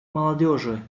молодежи